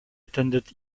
attended